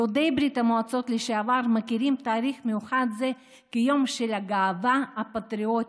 יהודי ברית המועצות לשעבר מכירים תאריך מיוחד זה כיום הגאווה הפטריוטית,